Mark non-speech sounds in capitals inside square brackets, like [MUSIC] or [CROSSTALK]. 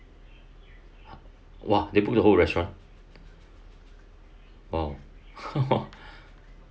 !wah! they book the whole restaurant !wow! [LAUGHS]